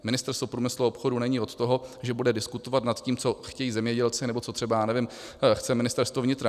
Ministerstvo průmyslu a obchodu není od toho, že bude diskutovat nad tím, co chtějí zemědělci nebo co třeba, já nevím, chce Ministerstvo vnitra.